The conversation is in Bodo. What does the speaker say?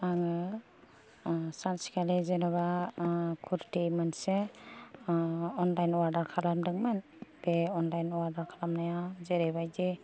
आङो सानसेखालि जेनबा कुरथि मोनसे अनलाइन अरदार खालामदोंमोन बे अनलाइन अरदार खालामनाया जेरैबायदि